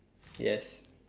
yes